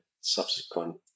subsequent